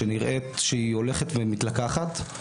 שנראית שהיא הולכת ומתלקחת.